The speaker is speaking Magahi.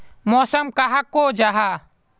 मौसम कहाक को जाहा?